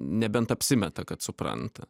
nebent apsimeta kad supranta